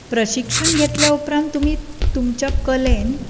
प्रशिक्षण घेतले उपरांत तुमी तुमच्या कलेंत